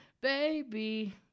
Baby